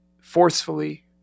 forcefully